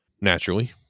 naturally